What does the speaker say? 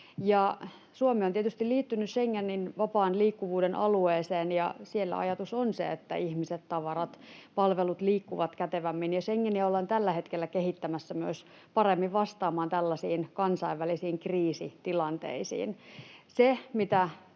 Suomi on tietysti liittynyt Schengenin vapaan liikkuvuuden alueeseen, ja siellä ajatus on se, että ihmiset, tavarat, palvelut liikkuvat kätevämmin, ja Schengeniä ollaan tällä hetkellä kehittämässä myös paremmin vastaamaan tällaisiin kansainvälisiin kriisitilanteisiin.